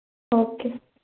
okay